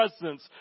presence